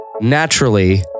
naturally